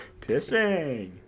Pissing